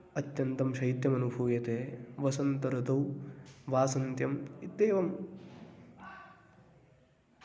अत्यन्तं शैत्यमनुभूयते वसन्त ऋतौ वासन्त्यम् इत्येवं